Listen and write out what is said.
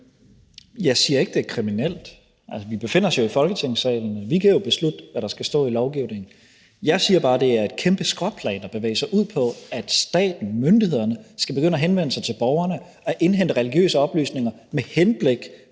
Jeg siger ikke, det er kriminelt. Vi befinder os i Folketingssalen, og vi kan jo beslutte, hvad der skal stå i lovgivningen. Jeg siger bare, det er et kæmpe skråplan at bevæge sig ud på, at staten, myndighederne, skal begynde at henvende sig til borgerne og indhente religiøse oplysninger med henblik